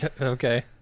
Okay